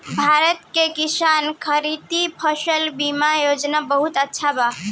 भारत के किसान खातिर फसल बीमा योजना बहुत अच्छा बा